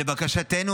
לבקשתנו,